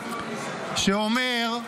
שאומר: